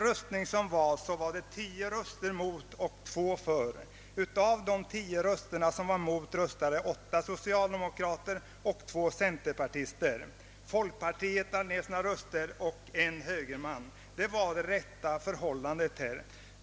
Röstningen om detta utföll med 10 röster mot 2 för förslaget. Av de tio som röstade emot var åtta socialdemokrater och två centerpartister, medan folkpartisterna och en högerman lade ner sina röster.